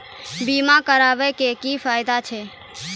बीमा कराबै के की फायदा छै?